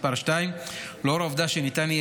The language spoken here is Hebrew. כשחוקק תיקון מס' 2. לאור העובדה שניתן יהיה